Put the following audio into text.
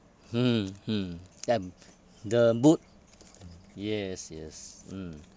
mm mm them the mood yes yes mm